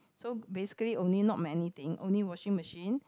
so basically only not many thing only washing machine